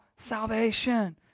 salvation